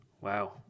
wow